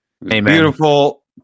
beautiful